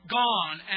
gone